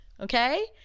okay